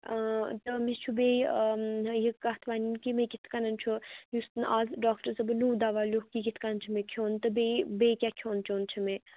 تہٕ مےٚ چھُ بیٚیہِ یہِ کَتھ وَنٕنۍ کہِ مےٚ کِتھٕ کٔنۍ چھُ یُس مےٚ اَز ڈاکٹر صٲبن نوٚو دَوا لیٛوٗکھ یہِ کِتھٕ کٔنۍ چھُ مےٚ کھیٚون تہٕ بیٚیہِ بیٚیہِ کیٛاہ کھیٚون چٮ۪ون چھُ مےٚ